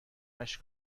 اشک